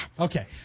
okay